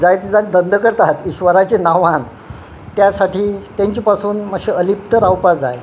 जायते जाय धंदो करतात इश्वराचे नांवान त्या साठी तांचे पासून मातशे अलिप्त रावपा जाय